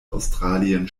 australien